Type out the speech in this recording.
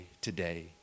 today